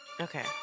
Okay